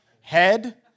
Head